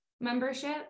membership